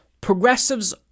Progressives